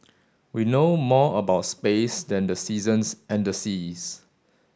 we know more about space than the seasons and the seas